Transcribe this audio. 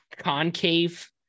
concave